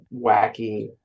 wacky